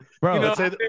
Bro